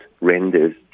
renders